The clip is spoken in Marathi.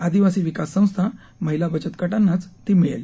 आदिवासी विकास संस्था महिला बचत गटांनाच ती मिळेल